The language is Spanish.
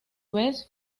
vez